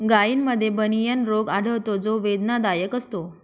गायींमध्ये बनियन रोग आढळतो जो वेदनादायक असतो